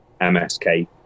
MSK